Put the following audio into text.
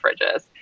fridges